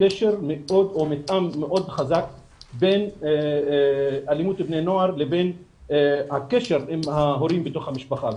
קשר מאוד חזק בין אלימות בני נוער לבין הקשר עם ההורים בתוך המשפחה.